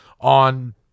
on